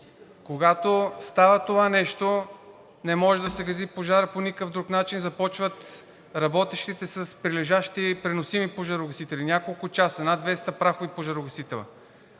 Когато става това нещо, не може да се гаси пожарът по никакъв друг начин, започват работещите с прилежащи преносими пожарогасители – няколко часа, над 200 прахови пожарогасителя.